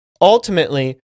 ultimately